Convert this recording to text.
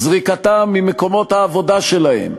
זריקתם ממקומות העבודה שלהם,